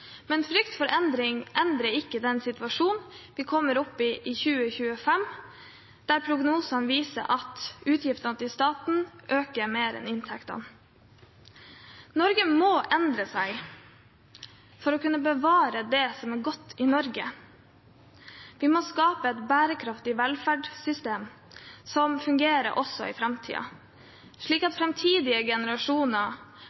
Men frykt for endring endrer ikke den situasjonen vi kommer opp i i 2025, der prognosene viser at utgiftene til staten øker mer enn inntektene. Norge må endre seg – for å kunne bevare det som er godt med Norge. Vi må skape et bærekraftig velferdssystem som fungerer også i framtiden, slik